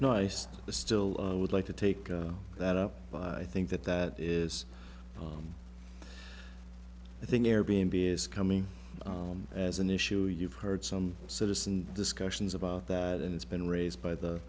the still would like to take that up but i think that that is i think they're being beers coming home as an issue you've heard some citizen discussions about that and it's been raised by the